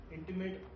Intimate